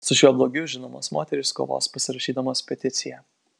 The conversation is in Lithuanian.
su šiuo blogiu žinomos moterys kovos pasirašydamos peticiją